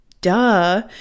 Duh